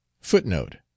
Footnote